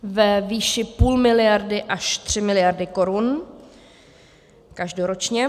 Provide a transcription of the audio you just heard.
ve výši půl miliardy až tři miliardy korun každoročně.